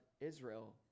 Israel